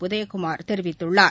உதயகுமார் தெரிவித்துள்ளார்